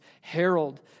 herald